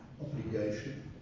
obligation